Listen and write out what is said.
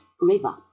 River